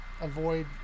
avoid